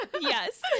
yes